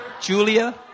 Julia